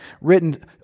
written